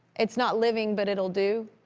it's not living, but it'll do.